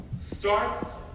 starts